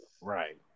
right